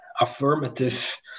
affirmative